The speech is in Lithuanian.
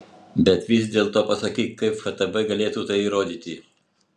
bet vis dėlto pasakyk kaip ftb galėtų tai įrodyti